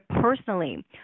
personally